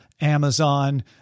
Amazon